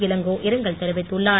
இளங்கோ இரங்கல் தெரிவித்துள்ளார்